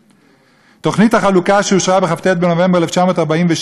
תוכנית החלוקה שאושרה בכ"ט בנובמבר 1947 אינה